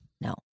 No